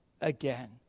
again